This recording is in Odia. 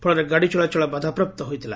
ଫଳରେ ଗାଡ଼ି ଚଳାଚଳ ବାଧାପ୍ରାପ୍ତ ହୋଇଛି